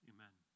Amen